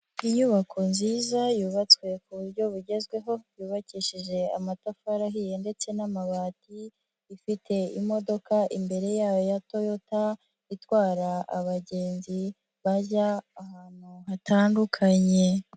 Inyubako nziza yubatswe ku buryo bugezweho yubakishije amatafari ahiye ndetse n'amabati, ifite imodoka imbere yayo ya Toyota itwara abagenzi bajya ahantu hatandukanye.